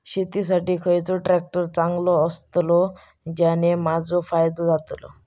शेती साठी खयचो ट्रॅक्टर चांगलो अस्तलो ज्याने माजो फायदो जातलो?